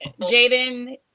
Jaden